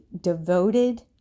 devoted